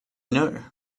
know